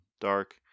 dark